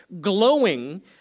glowing